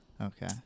Okay